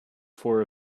for